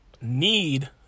need